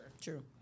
True